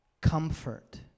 comfort